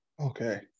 Okay